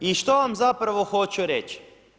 I što vam zapravo hoću reći?